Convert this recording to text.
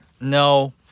No